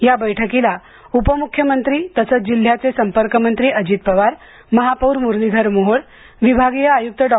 या बैठकीला उपमुख्यमंत्री तसंच जिल्ह्याचे संपर्क मंत्री अजित पवार महापौर मुरलीधर मोहोळ विभागीय आयुक्त डॉ